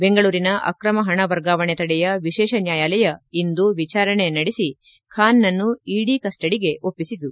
ಬೆಂಗಳೂರಿನ ಅಕ್ರಮ ಪಣ ವರ್ಗಾವಣೆ ತಡೆಯ ವಿಶೇಷ ನ್ಯಾಯಾಲಯ ಇಂದು ವಿಚಾರಣೆ ನಡೆಸಿ ಖಾನ್ನನ್ನು ಇಡಿ ಕಸ್ಟಡಿಗೆ ಒಪ್ಪಿಸಿತು